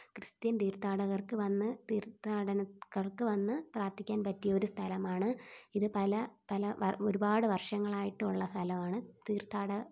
Christian തീർത്ഥാടകർക്ക് വന്ന് തീർത്ഥാടനക്കാർക്ക് വന്ന് പ്രാർത്ഥിക്കാൻ പറ്റിയൊരു സ്ഥലമാണ് ഇത് പല പല ഒരുപാട് വർഷങ്ങളായിട്ടൊള്ള സ്ഥലമാണ് തീർത്ഥാട